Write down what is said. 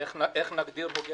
איך נגדיר הוגנת?